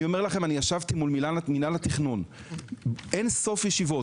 אני ישבתי מול מנהל התכנון באין סוף ישיבות